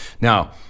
Now